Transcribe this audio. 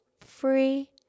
free